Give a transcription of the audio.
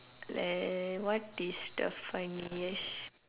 uh what is the funniest